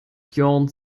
björn